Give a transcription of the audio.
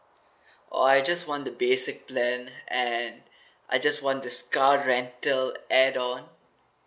oh I just want the basic plan and I just want this car rental add on